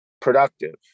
productive